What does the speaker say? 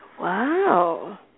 Wow